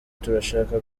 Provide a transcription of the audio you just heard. turashaka